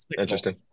Interesting